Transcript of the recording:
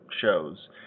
shows